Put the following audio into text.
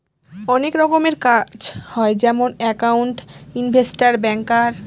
অনেক রকমের কাজ হয় যেমন একাউন্ট, ইনভেস্টর, ব্যাঙ্কার